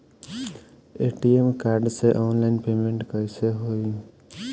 ATM card से online payment कैसे होई?